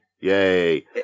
Yay